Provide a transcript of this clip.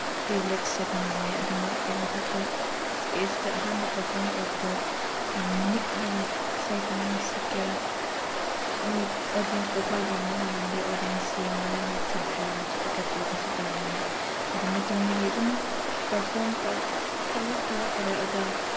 ꯄ꯭ꯔꯤꯚꯦꯂꯦꯖꯁꯦ ꯐꯪꯂꯝꯃꯤ ꯑꯗꯨ ꯃꯊꯛꯇ ꯏꯁꯇꯦꯖꯇ ꯑꯍꯥꯟꯕ ꯄꯔꯐꯣꯔꯝ ꯇꯧꯕꯗ ꯌꯥꯝ ꯅꯤꯛꯂꯒ ꯏꯁꯩ ꯀꯔꯃꯥꯏꯅ ꯁꯛꯀꯦꯔ ꯃꯤ ꯑꯣꯗꯤꯌꯟꯁ ꯐꯥꯎꯕ ꯌꯦꯡꯕ ꯉꯝꯂꯝꯗꯦ ꯑꯣꯗꯤꯌꯟꯁ ꯌꯦꯡꯕꯗ ꯃꯤꯠꯁꯦ ꯕ꯭ꯂꯔ ꯆꯠꯂꯒ ꯇꯨꯒꯦꯁꯨ ꯇꯧꯔꯝꯃꯤ ꯑꯗꯨ ꯃꯇꯨꯡꯗꯒꯤ ꯑꯗꯨꯝ ꯄꯔꯐꯣꯔꯝ ꯇꯧꯔꯛ ꯇꯧꯔꯛ ꯇꯧꯔꯛꯑꯒ